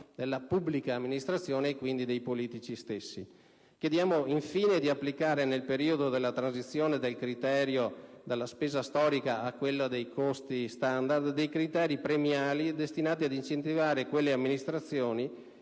delle amministrazioni pubbliche e quindi dei politici stessi. Chiediamo infine di applicare, nel periodo della transizione dal criterio della spesa storica a quello dei costi standard, dei criteri premiali destinati ad incentivare quelle amministrazioni